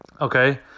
okay